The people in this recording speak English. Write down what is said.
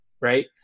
right